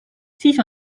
siis